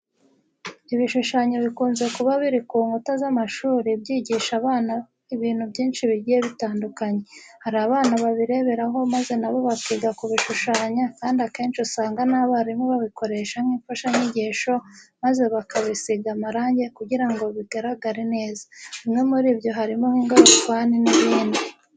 Ibishushanyo bikunze kuba biri ku nkuta z'amashuri byigisha abana ibintu byinshi bigiye bitandukanye. Hari abana babireberaho maze na bo bakiga kubishushanya kandi akenshi usanga n'abarimu babikoresha nk'imfashanyigisho maze bakabisiga amarange kugira ngo bigaragare neza. Bimwe muri byo harimo nk'ingorofani n'ibindi.